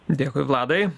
dėkui vladai